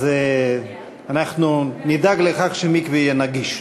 אז אנחנו נדאג לכך שמקווה יהיה נגיש.